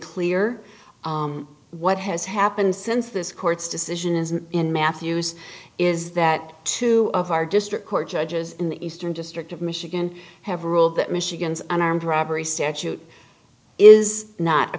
clear what has happened since this court's decision is in matthews is that two of our district court judges in the eastern district of michigan have ruled that michigan's an armed robbery statute is not a